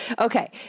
Okay